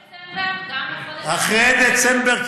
גם אחרי דצמבר,